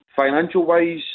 financial-wise